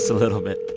so little bit.